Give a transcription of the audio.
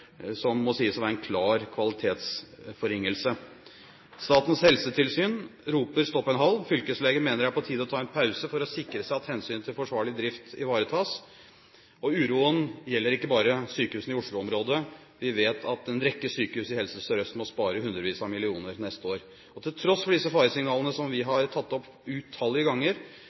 som må sies å være en klar kvalitetsforringelse. Statens helsetilsyn roper stopp en halv, fylkeslegen mener det er på tide å ta en pause for å sikre seg at hensynet til forsvarlig drift ivaretas. Uroen gjelder ikke bare sykehusene i Oslo-området, vi vet at en rekke sykehus i Helse Sør-Øst må spare hundrevis av millioner kroner neste år. Til tross for disse faresignalene vi har tatt opp utallige ganger,